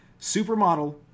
Supermodel